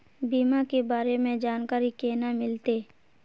बीमा के बारे में जानकारी केना मिलते?